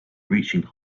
reaching